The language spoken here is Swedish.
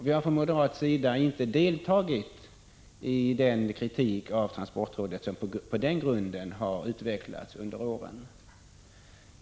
Vi har från moderat sida inte deltagit i den kritik av transportrådet som på den grunden har utvecklats under åren.